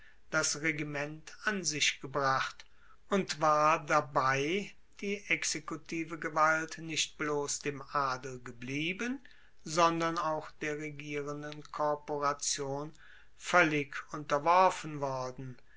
das regiment an sich gebracht und war dabei die exekutive gewalt nicht bloss dem adel geblieben sondern auch der regierenden korporation voellig unterworfen worden